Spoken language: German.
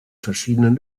verschiedenen